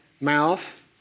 mouth